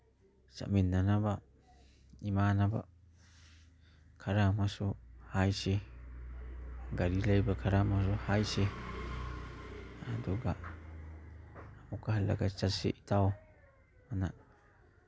ꯆꯠꯃꯤꯟꯅꯅꯕ ꯏꯃꯥꯟꯅꯕ ꯈꯔ ꯑꯃꯁꯨ ꯍꯥꯏꯁꯤ ꯒꯥꯔꯤ ꯂꯩꯕ ꯈꯔ ꯑꯃ ꯍꯥꯏꯁꯤ ꯑꯗꯨꯒ ꯑꯃꯨꯛꯀ ꯍꯜꯂꯒ ꯆꯠꯁꯤ ꯏꯇꯥꯎꯑꯅ